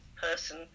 person